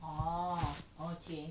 orh okay